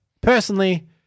Personally